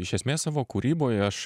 iš esmės savo kūryboj aš